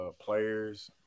players